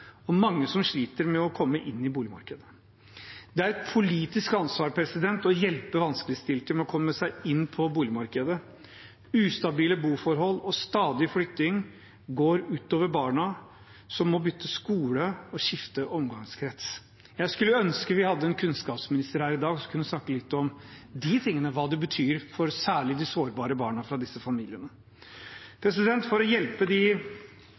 og mange som sliter med å komme inn på boligmarkedet. Det er et politisk ansvar å hjelpe vanskeligstilte med å komme seg inn på boligmarkedet. Ustabile boforhold og stadig flytting går ut over barna, som må bytte skole og skifte omgangskrets. Jeg skulle ønske vi hadde en kunnskapsminister her i dag, som kunne snakket litt om de tingene – hva det betyr for særlig de sårbare barna fra disse familiene. For å hjelpe de